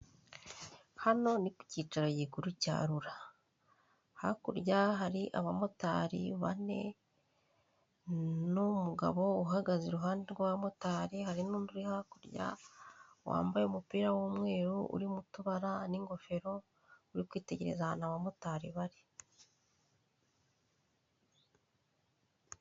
Hano ni kukicaro gikuru cya RURA, hakurya hari abamotari bane, n'umugabo uhagaze uruhande rw' abamotari ,hari n' undi uri hakurya wambaye umupira w' umweru, urimo utubara n' ingofero uri kwitegereza ahantu abo bamotari bari